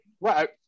Right